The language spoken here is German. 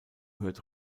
hört